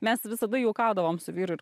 mes visada juokaudavom su vyru